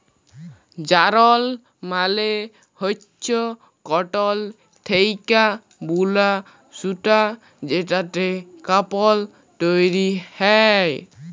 যারল মালে হচ্যে কটল থ্যাকে বুলা সুতা যেটতে কাপল তৈরি হ্যয়